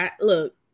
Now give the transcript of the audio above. Look